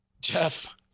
Jeff